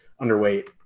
underweight